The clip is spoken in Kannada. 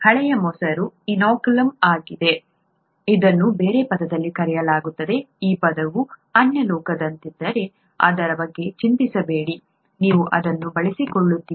ಹಳೆಯ ಮೊಸರು ಇನಾಕ್ಯುಲಮ್ ಆಗಿದೆ ಇದನ್ನು ಬೇರೆ ಪದದಲ್ಲಿ ಕರೆಯಲಾಗುತ್ತದೆ ಈ ಪದವು ಅನ್ಯಲೋಕದಂತಿದ್ದರೆ ಅದರ ಬಗ್ಗೆ ಚಿಂತಿಸಬೇಡಿ ನೀವು ಅದನ್ನು ಬಳಸಿಕೊಳ್ಳುತ್ತೀರಿ